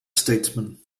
statesman